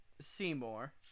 Seymour